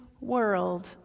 world